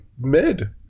mid